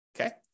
Okay